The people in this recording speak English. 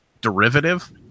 derivative